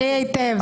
תזכרי היטב.